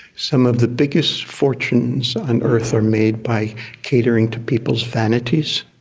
some of the biggest fortunes on earth are made by catering to people's vanities.